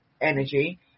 energy